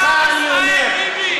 לך אני אומר,